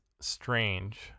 strange